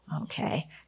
Okay